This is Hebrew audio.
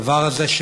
הדבר הזה,